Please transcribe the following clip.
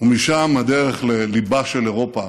ומשם הדרך לליבה של אירופה